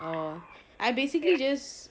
oh I basically just